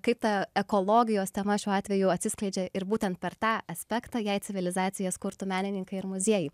kaip ta ekologijos tema šiuo atveju atsiskleidžia ir būtent per tą aspektą jei civilizacijas kurtų menininkai ir muziejų